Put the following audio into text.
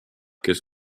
kes